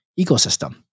ecosystem